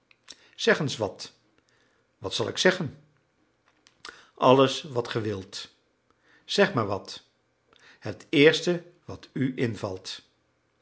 zeg eens wat wat zal ik zeggen alles wat ge wilt zeg maar wat het eerste wat u invalt